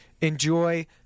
enjoy